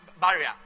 Barrier